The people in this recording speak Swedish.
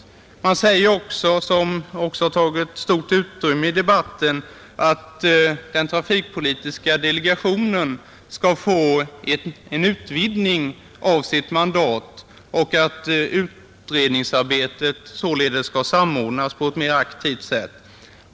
Utskottet skriver också — och det har tagit stort utrymme i denna debatt — att trafikpolitiska delegationen skall få sitt mandat utvidgat och att utredningsarbetet skall samordnas på ett mera aktivt sätt.